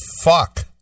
fuck